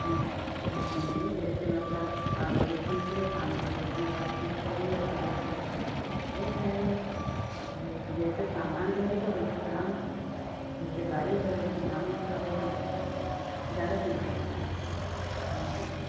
नहीं नहीं जैसे मतलब आप देख लीजिए सामने से देखिए बातचीत करिए अपना फिर ले जाइए जैसा सामान रहेगा वैसा दाम जैसी गाड़ी है वैसा दाम उसका होगा ज़्यादा क्यों लगाएँगे हाँ